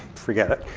forget it.